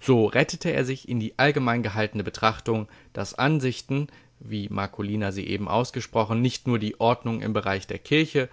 so rettete er sich in die allgemein gehaltene betrachtung daß ansichten wie marcolina sie eben ausgesprochen nicht nur die ordnung im bereich der kirche